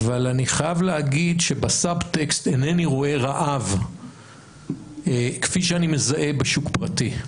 אבל אני חייב להגיד שבסב-טקסט אינני רואה רעב כפי שאני מזהה בשוק פרטי.